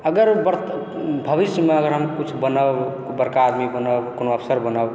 अगर भविष्यमे अगर हम कुछ बनब बड़का आदमी बनब कोनो अफसर बनब